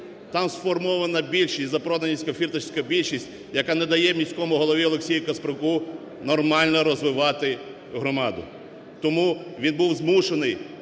Там сформована більшість, запроданська фірташівська більшість, яка не дає міському голові Олексію Касперуку нормально розвивати громаду. Тому він був змушений